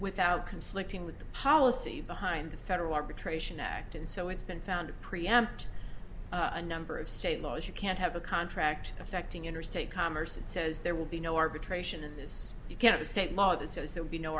without conflicting with the policy behind the federal arbitration act and so it's been founded preempt a number of state laws you can't have a contract affecting interstate commerce that says there will be no arbitration in this you can't state law that says there will be no